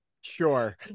Sure